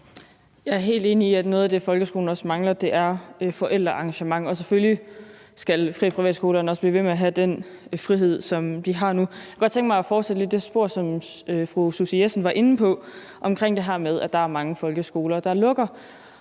Jeg er helt enig i, at noget af det, folkeskolen også mangler, er forældreengagement. Selvfølgelig skal de frie skoler og privatskolerne også blive ved med at have den frihed, som de har nu. Jeg kunne godt mig at fortsætte lidt i det spor, som fru Susie Jessen var inde på, omkring det her med, at der er mange folkeskoler, der lukker.